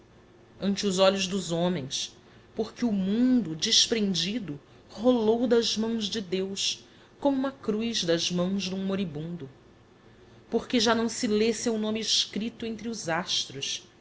os olhos dos homens porque o mundo desprendido rolou das mãos de deus como uma cruz das mãos d'um moribundo porque já se não lê seu nome escrito entre os astros